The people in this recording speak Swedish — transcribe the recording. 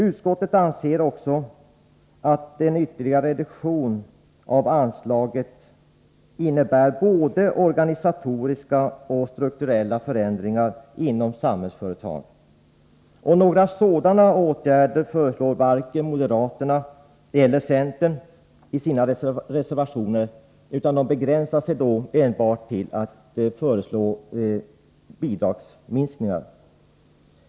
Utskottet anser också att en ytterligare reduktion av anslaget innebär både organisatoriska och strukturella förändringar inom Samhällsföretag. Några sådana åtgärder föreslår varken moderaterna eller centern i sina reservationer, utan de begränsar sig till att föreslå bidragsminskningar.